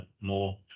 more